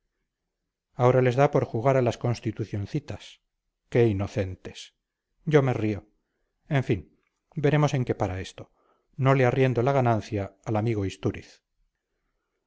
ahora les da por jugar a las constitucioncitas qué inocentes yo me río en fin veremos en qué para esto no le arriendo la ganancia al amigo istúriz